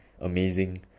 amazing